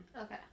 Okay